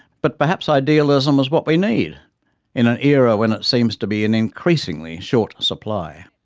but perhaps idealism is what we need in an era when it seems to be in increasingly short supply.